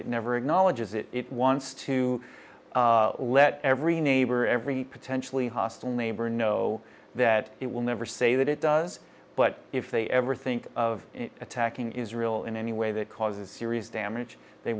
it never acknowledges that it wants to let every neighbor every potentially hostile neighbor know that it will never say that it does but if they ever think of attacking israel in any way that causes serious damage they